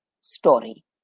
story